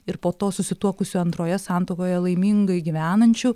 ir po to susituokusių antroje santuokoje laimingai gyvenančių